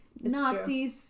Nazis